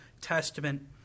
Testament